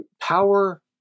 Power